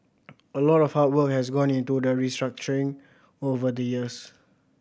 a lot of hard work has gone into that restructuring over the years